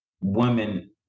women